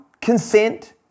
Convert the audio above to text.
consent